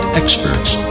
experts